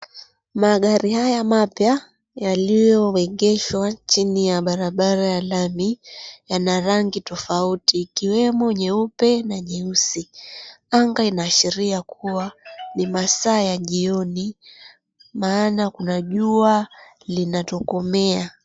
Magari haya mapya yaliyoegeshwa chini barabara ya lami yana rangi tofauti ikiwemo nyeupe na nyeusi. Anga inaashiria kuwa ni masaa ya jioni maana kuna jua linatokomea.